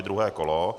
Druhé kolo.